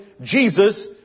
Jesus